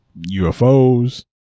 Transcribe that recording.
UFOs